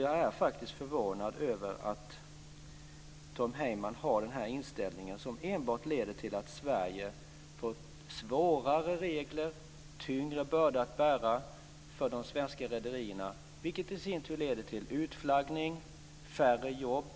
Jag är faktiskt förvånad över att Tom Heyman har den inställningen, som enbart leder till att Sverige får svårare regler och tyngre börda att bära för de svenska rederierna, vilket i sin tur leder till utflaggning, färre jobb,